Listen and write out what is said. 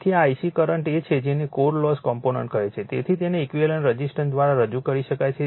તેથી આ Ic current એ છે જેને કોર લોસ કોમ્પોનન્ટ કહે છે તેથી તેને ઈક્વિવેલન્ટ રઝિસ્ટન્સ દ્વારા રજૂ કરી શકાય છે